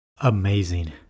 Amazing